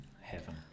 heaven